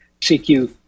cq